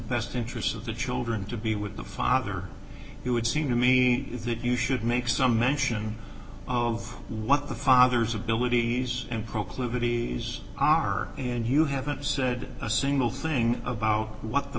best interests of the children to be with the father it would seem to me is that you should make some mention of what the father's abilities and proclivities are and you haven't said a single thing about what the